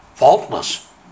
Faultless